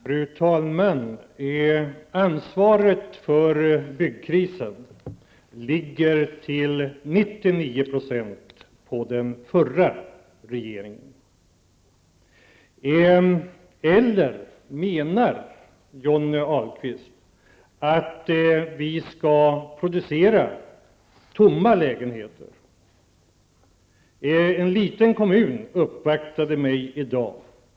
Fru talman! Ansvaret för byggkrisen ligger till 99 % på den förra regeringen. Eller menar Johnny Ahlqvist att vi skall producera lägenheter som sedan skall stå tomma?